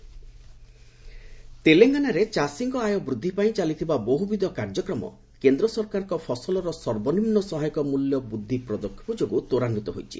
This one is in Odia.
ଗ୍ରାଉଣ୍ଡ୍ ରିପୋର୍ଟ ତେଲେଙ୍ଗାନାରେ ଚାଷୀଙ୍କ ଆୟ ବୃଦ୍ଧି ପାଇଁ ଚାଲିଥିବା ବହୁବିଧ କାର୍ଯ୍ୟକ୍ରମ କେନ୍ଦ୍ର ସରକାରଙ୍କ ଫସଲର ସର୍ବନିମୁ ସହାୟକ ମ୍ବଲ୍ୟ ବୃଦ୍ଧି ପଦକ୍ଷେପ ଯୋଗୁଁ ତ୍ୱରାନ୍ୱିତ ହୋଇଛି